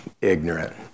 ignorant